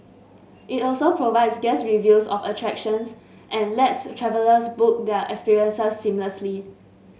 it also provides guest reviews of attractions and lets travellers book their experiences seamlessly